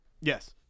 Yes